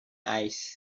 eyes